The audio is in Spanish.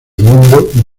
mundo